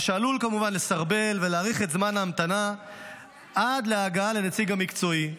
מה שעלול כמובן לסרבל ולהאריך את זמן ההמתנה עד להגעה לנציג המקצועי.